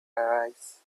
arise